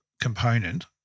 component